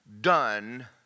done